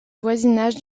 voisinage